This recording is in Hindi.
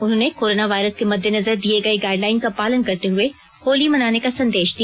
उन्होंने कोरोना वायरस के मददेनजर दिए गये गाइडलाइन का पालन करते हुए होली मनाने का संदेश दिया